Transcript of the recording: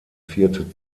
vierte